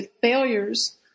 failures